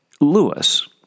Lewis